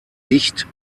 dicht